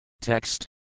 Text